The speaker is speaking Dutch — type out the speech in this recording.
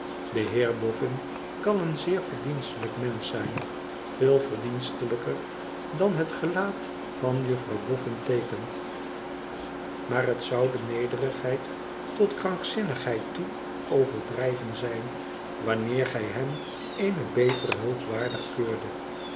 ide heer boffin kan een zeer verdienstelijk mensch zijn veel verdienstelijker dan het gelaat van juffrouw boffin teekent maar het zou de nederigheid tot krankzinnigheid toe overdrijven zijn wanneer gij hem eene betere hulp waardig keurdet